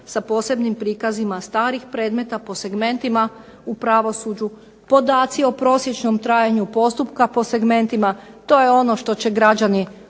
sa posebnim prikazima starih predmeta po segmentima u pravosuđu, podaci o prosječnom trajanju postupka po segmentima. To je ono što će građani osjetiti.